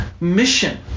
mission